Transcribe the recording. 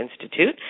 Institute